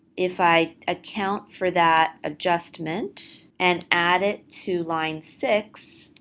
if i account for that adjustment and add it to line six,